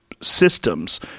systems